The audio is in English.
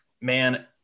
man